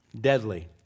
deadly